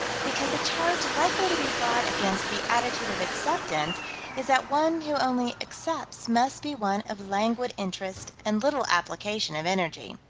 because a charge likely to be brought against the attitude of acceptance is that one who only accepts must be one of languid interest and little application of energy.